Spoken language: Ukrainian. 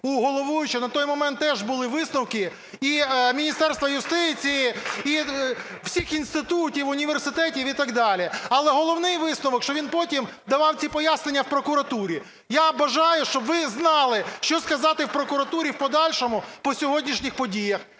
в головуючого на той момент теж були висновки і Міністерства юстиції, і всіх інститутів, університетів і так далі, але головний висновок, що він потім давав ці пояснення в прокуратурі. Я бажаю, щоб ви знали, що сказати в прокуратурі в подальшому по сьогоднішніх подіях.